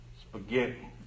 spaghetti